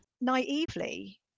naively